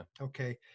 okay